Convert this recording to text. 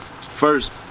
First